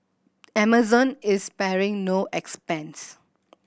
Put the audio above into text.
Amazon is sparing no expense